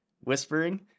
Whispering